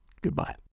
goodbye